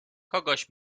kogoś